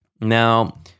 Now